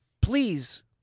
please